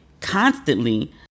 constantly